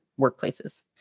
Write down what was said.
workplaces